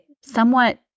somewhat